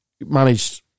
managed